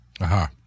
Aha